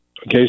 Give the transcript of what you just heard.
Okay